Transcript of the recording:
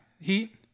heat